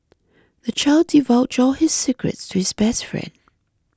the child divulged all his secrets to his best friend